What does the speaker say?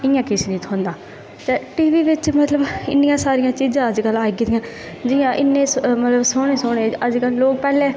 इंया किश निं थ्होंदा ते टीवी च मतलब अज्जकल इन्नी सारी चीज़ां आई गेदियां न जियां इन्ने इन्ने सोह्ने लोग मतलब पैह्लें